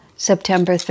September